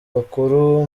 bakuru